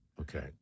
Okay